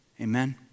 Amen